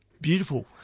beautiful